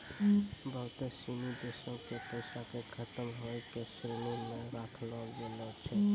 बहुते सिनी देशो के पैसा के खतम होय के श्रेणी मे राखलो गेलो छै